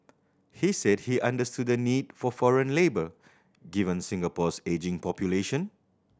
he said he understood the need for foreign labour given Singapore's ageing population